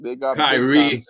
Kyrie